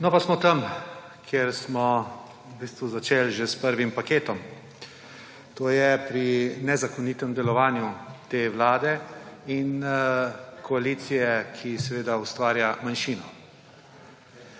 No, pa smo tam, kjer smo v bistvu začeli že s prvim paketom, to je pri nezakonitem delovanju te vlade in koalicije, ki ustvarja manjšino.